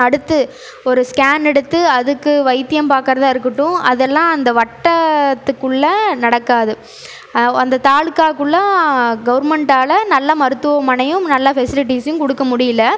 அடுத்து ஒரு ஸ்கேன் எடுத்து அதுக்கு வைத்தியம் பார்க்குறதா இருக்கட்டும் அதெல்லாம் அந்த வட்டத்துக்குள்ளே நடக்காது அந்த தாலுாக்கக்குள்ளே கவர்மெண்ட்டால் நல்ல மருத்துவமனையும் நல்ல ஃபெசிலிட்டீஸும் கொடுக்க முடியலை